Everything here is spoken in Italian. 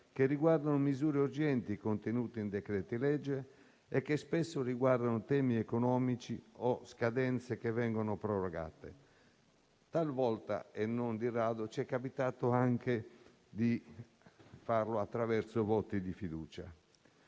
che riguardano misure urgenti contenute in decreti-legge e che spesso riguardano temi economici o scadenze che vengono prorogate. Talvolta, e non di rado, ci è capitato anche di farlo attraverso voti di fiducia.